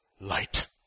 light